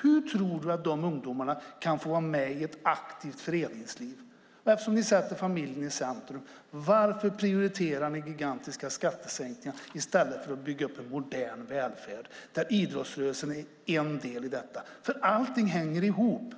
Hur tror du att de ungdomarna kan vara med i ett aktivt föreningsliv? Ni säger att ni sätter familjen i centrum, men varför prioriterar ni gigantiska skattesänkningar i stället för att bygga upp en modern välfärd där idrottsrörelsen är en del i detta? Allting hänger ihop.